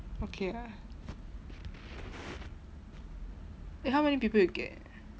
okay ah how many people you get